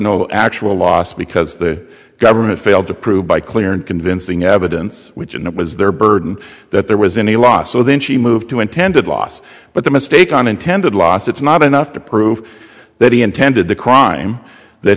no actual loss because the government failed to prove by clear and convincing evidence which it was their burden that there was any loss so then she moved to intended last but the mistake on intended loss it's not enough to prove that he intended the crime that